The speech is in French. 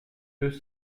deux